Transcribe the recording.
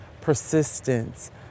persistence